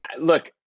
Look